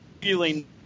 feeling